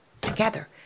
Together